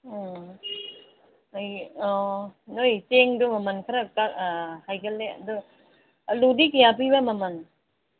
ꯎꯝ ꯑꯩ ꯑꯣ ꯅꯣꯏ ꯆꯦꯡꯗꯨ ꯃꯃꯟ ꯈꯔ ꯍꯥꯏꯒꯠꯂꯦ ꯑꯗꯨ ꯑꯂꯨꯗꯤ ꯀꯌꯥ ꯄꯤꯕ ꯃꯃꯟ